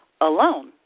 alone